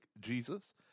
Jesus